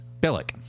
Billick